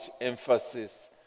emphasis